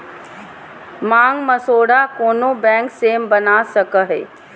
मांग मसौदा कोनो बैंक से बना सको हइ